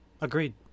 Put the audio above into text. Agreed